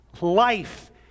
life